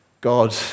God